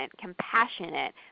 compassionate